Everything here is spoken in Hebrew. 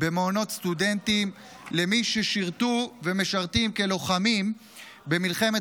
במעונות סטודנטים למי ששירתו ומשרתים כלוחמים במלחמת